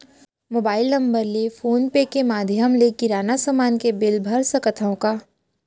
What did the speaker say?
Mobile number ले phone पे ले माधयम ले किराना समान के बिल भर सकथव का?